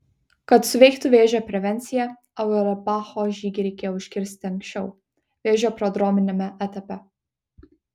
kad suveiktų vėžio prevencija auerbacho žygį reikėjo užkirsti anksčiau vėžio prodrominiame etape